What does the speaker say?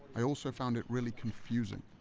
i also found it really confusing.